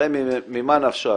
הרי ממה נפשך?